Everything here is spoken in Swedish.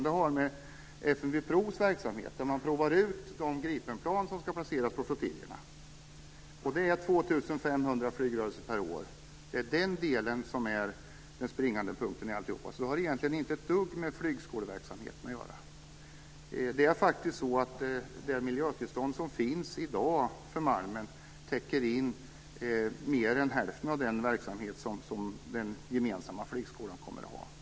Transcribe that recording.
Det har med FMV Provs verksamhet att göra. De provar ut de Gripenplan som ska placeras på flottiljerna. Det är 2 500 flygrörelser per år. Det är den springande punkten. Det har egentligen inte ett dugg med flygskoleverksamheten att göra. Det miljötillstånd som i dag finns för Malmen täcker in mer än hälften av den verksamhet som den gemensamma flygskolan kommer att bedriva.